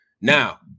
Now